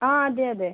ആ അതെ അതെ